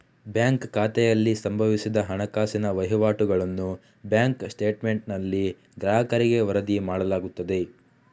bank ಖಾತೆಯಲ್ಲಿ ಸಂಭವಿಸಿದ ಹಣಕಾಸಿನ ವಹಿವಾಟುಗಳನ್ನು ಬ್ಯಾಂಕ್ ಸ್ಟೇಟ್ಮೆಂಟಿನಲ್ಲಿ ಗ್ರಾಹಕರಿಗೆ ವರದಿ ಮಾಡಲಾಗುತ್ತದೆ